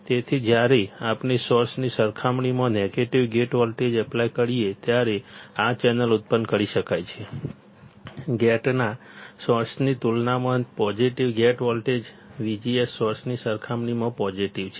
તેથી જ્યારે આપણે સોર્સની સરખામણીમાં નેગેટિવ ગેટ વોલ્ટેજ એપ્લાય કરીએ ત્યારે આ ચેનલ ઉત્પન્ન કરી શકાય છે ગેટના સોર્સની તુલનામાં પોઝિટિવ ગેટ વોલ્ટેજ VGS સોર્સની સરખામણીમાં પોઝિટિવ છે